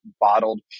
bottled